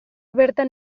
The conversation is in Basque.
bertan